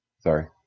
Sorry